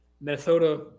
Minnesota